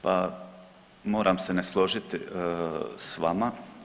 Pa moram se ne složiti s vama.